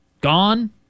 gone